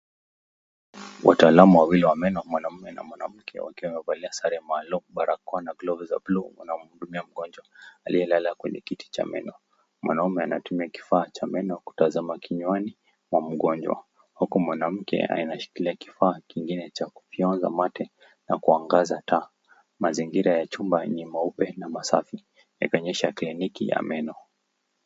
Wataalamu wawili wa meno mwanaume na mwanamke wakiwa wamevalia sare maalum barakoa na glovu za blu wanamhudumia mgonjwa aliyelala kwenye kiti cha meno . Mwanaume anatumia kifaa cha meno kutazama kinywani mwa mgonjwa huku mwanamke anashikilia kifaa kingine cha kufionza mate na kuangaza taa. Mazingira ya chumba ni mweupe na masafi yakionyesha kliniki ya meno .